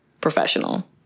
professional